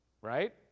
Right